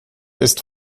ist